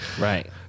right